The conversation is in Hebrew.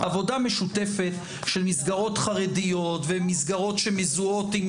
עבודה משותפת של מסגרות חרדיות ומסגרות שמזוהות עם